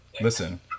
listen